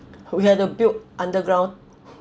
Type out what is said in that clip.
who had to build underground